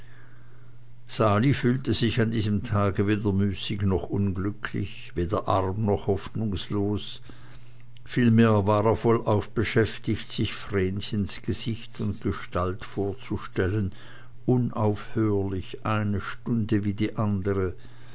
sali fühlte sich an diesem tage weder müßig noch unglücklich weder arm noch hoffnungslos vielmehr war er vollauf beschäftigt sich vrenchens gesicht und gestalt vorzustellen unaufhörlich eine stunde wie die andere